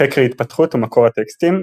חקר התפתחות ומקור הטקסטים,